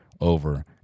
over